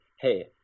hey